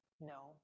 No